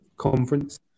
conference